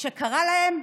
שקרא להן: